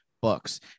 books